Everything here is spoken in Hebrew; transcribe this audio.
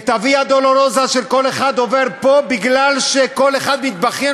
את הוויה-דולורוזה שכל אחד עובר פה כי כל אחד התבכיין,